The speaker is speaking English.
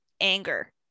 anger